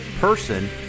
person